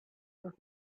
with